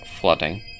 flooding